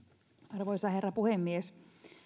arvoisa herra puhemies